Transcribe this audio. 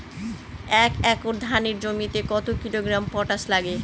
এক একর ধানের জমিতে কত কিলোগ্রাম পটাশ লাগে?